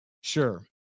sure